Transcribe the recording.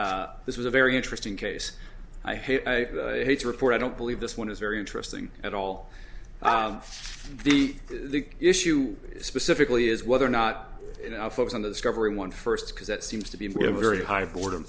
this was a very interesting case i hate i hate to report i don't believe this one is very interesting at all the issue specifically is whether or not folks on the server in one first because that seems to be a very high boredom